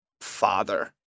father